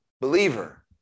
believer